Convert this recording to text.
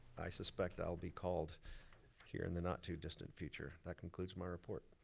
i suspect i'll be called here in the not too distant future. that concludes my report.